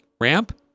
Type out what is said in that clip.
ramp